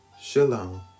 shalom